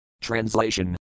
Translation